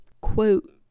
quote